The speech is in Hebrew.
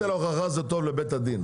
נטל ההוכחה זה טוב לבית הדין,